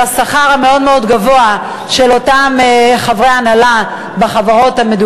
בשכר המאוד-מאוד גבוה של אותם חברי הנהלה בחברות,